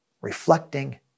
reflecting